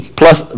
plus